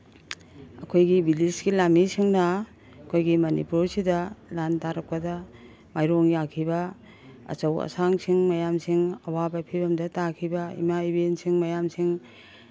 ꯑꯩꯈꯣꯏꯒꯤ ꯕ꯭ꯔꯤꯇꯤꯁꯀꯤ ꯂꯥꯟꯃꯤꯁꯤꯡꯅ ꯑꯩꯈꯣꯏꯒꯤ ꯃꯅꯤꯄꯨꯔꯁꯤꯗ ꯂꯥꯟ ꯇꯥꯔꯛꯄꯗ ꯃꯥꯌꯣꯟ ꯌꯥꯈꯤꯕ ꯑꯆꯧ ꯑꯁꯥꯡꯁꯤꯡ ꯃꯌꯥꯝꯁꯤꯡ ꯑꯋꯥꯕ ꯐꯤꯕꯝꯗ ꯇꯥꯈꯤꯕ ꯏꯃꯥ ꯏꯕꯦꯟꯁꯤꯡ ꯃꯌꯥꯝꯁꯤꯡ